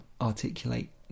articulate